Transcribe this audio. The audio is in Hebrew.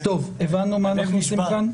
הבנו מה אנחנו עושים כאן?